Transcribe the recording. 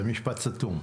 זה משפט סתום.